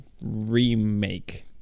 remake